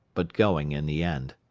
but going in the end.